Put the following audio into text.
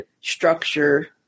structure